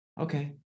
okay